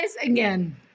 again